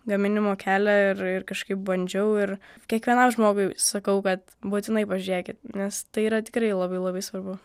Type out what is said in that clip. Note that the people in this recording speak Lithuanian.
gaminimo kelią ir ir kažkaip bandžiau ir kiekvienam žmogui sakau kad būtinai pažiūrėkit nes tai yra tikrai labai labai svarbu